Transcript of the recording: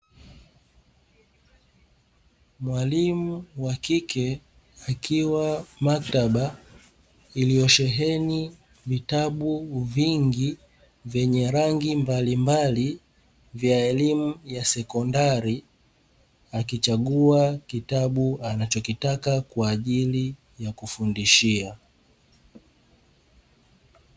Mwalimu wa kike akiwa maktaba, ilivyosheheni vitabu vingi vyenye rangi mbalimbali vya elimu ya sekondari, akichagua kitabu anachokitaka kwa ajili ya kufundishia.